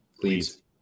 Please